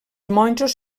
monjos